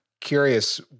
curious